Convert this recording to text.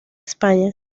españa